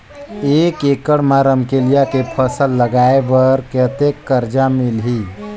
एक एकड़ मा रमकेलिया के फसल लगाय बार कतेक कर्जा मिलही?